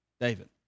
David